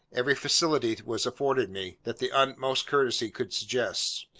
every facility was afforded me, that the utmost courtesy could suggest.